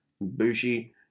bushi